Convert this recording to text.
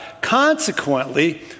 Consequently